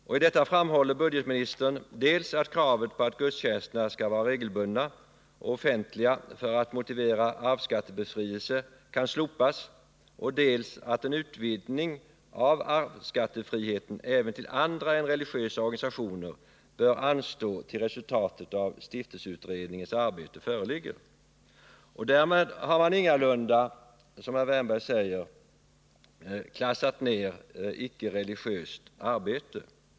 I förslaget framhåller budgetministern dels att man kan slopa kravet på att gudstjänsterna skall vara regelbundna och offentliga för att motivera arvsskattebefrielse, dels att en utvidgning av arvsskattefriheten även till andra än religiösa organisationer bör anstå tills resultatet av stiftelseutredningens arbete föreligger. Därmed har man ingalunda, som herr Wärnberg säger, klassat ned icke-religiöst arbete.